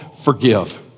forgive